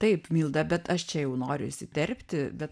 taip milda bet aš čia jau noriu įsiterpti bet